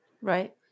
Right